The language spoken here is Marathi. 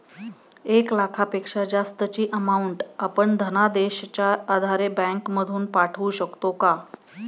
एक लाखापेक्षा जास्तची अमाउंट आपण धनादेशच्या आधारे बँक मधून पाठवू शकतो का?